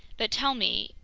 but tell me,